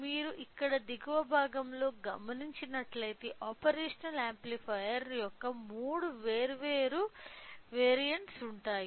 మీరు ఇక్కడ దిగువ భాగంలో గమనించినట్లయితే ఆపరేషనల్ యాంప్లిఫైయర్ యొక్క మూడు వేర్వేరు వెరియంట్స్ ఉంటాయి